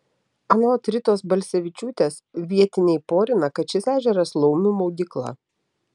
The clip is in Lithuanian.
anot ritos balsevičiūtės vietiniai porina kad šis ežeras laumių maudykla